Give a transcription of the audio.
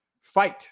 Fight